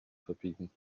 verbiegen